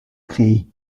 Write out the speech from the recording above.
créer